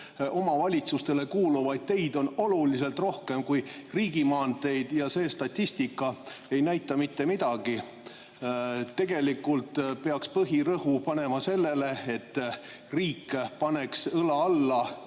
omavalitsustele kuuluvaid teid on oluliselt rohkem kui riigimaanteid ja see statistika ei näita mitte midagi. Tegelikult peaks põhirõhu panema sellele, et riik paneks õla alla